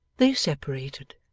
they separated.